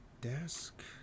desk